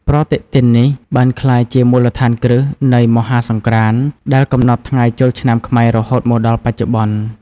ប្រតិទិននេះបានក្លាយជាមូលដ្ឋានគ្រឹះនៃមហាសង្ក្រាន្តដែលកំណត់ថ្ងៃចូលឆ្នាំខ្មែររហូតមកដល់បច្ចុប្បន្ន។